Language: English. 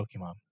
Pokemon